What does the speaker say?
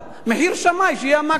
מחיר שמאי שיהיה המקסימום.